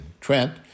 Trent